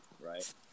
right